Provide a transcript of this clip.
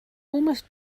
almost